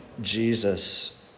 Jesus